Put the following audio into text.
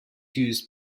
used